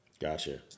Gotcha